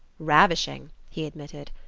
ravishing! he admitted.